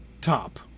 top